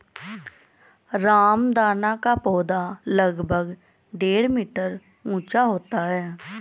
रामदाना का पौधा लगभग डेढ़ मीटर ऊंचा होता है